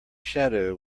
shadow